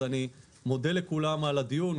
אני מודה לכולם על הדיון,